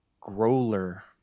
growler